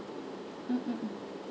mm mm mm